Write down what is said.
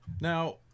Now